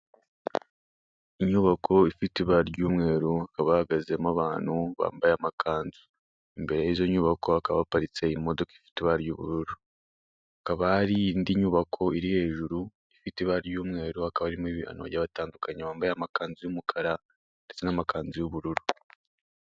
Inyubako ifite ibara ry'umweru, hakaba hahagazemo abantu bambaye amakanzu. Imbere y'izo nyubako hakaba haparitse imodoka ifite ibara ry'ubururu. Hakaba hari indi nyubako iri hejuru, ifite ibara ry'umweru, hakaba harimo abantu bagiye batandukanye, bambaye amakanzu y'umukara ndetse n'amakanzu y'ubururu.